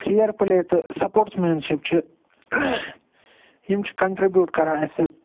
fair play تہٕ sportsmanship چھِ یِم چھِ کنٛٹِرٛبیوٗٹ کَران اَسہِ